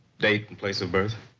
date and place of birth?